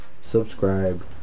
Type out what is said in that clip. subscribe